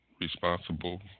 responsible